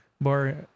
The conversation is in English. Bar